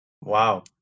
Wow